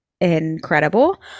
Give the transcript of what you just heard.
incredible